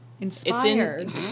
Inspired